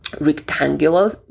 rectangular